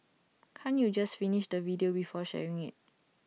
can't you just finish the video before sharing IT